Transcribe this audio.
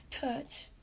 touch